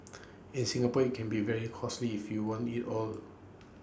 in Singapore IT can be very costly if you want IT all